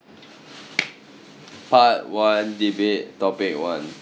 part one debate topic one